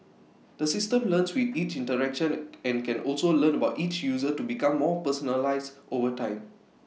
the system learns with each interaction and can also learn about each user to become more personalised over time